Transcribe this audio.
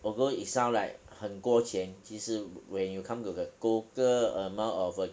although it sound like 很多钱其实 when you come to the total amount of uh